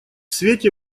свете